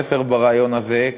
ספר על הרעיון הזה,